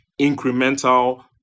incremental